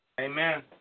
Amen